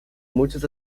muchos